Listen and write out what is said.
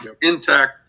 intact